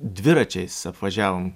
dviračiais apvažiavom